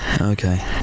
Okay